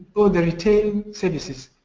or the retail um services